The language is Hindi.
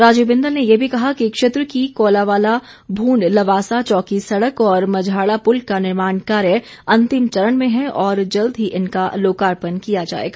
राजीव बिंदल ने ये भी कहा कि क्षेत्र की कौलावाला भूंड लवासा चौकी सड़क और मझाड़ा पुल का निर्माण कार्य अंतिम चरण में हैं और जल्द ही इनका लोकार्पण किया जाएगा